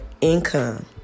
income